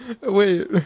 Wait